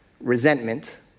resentment